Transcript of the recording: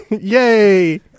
Yay